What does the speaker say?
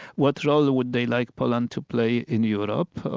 what role would they like poland to play in europe,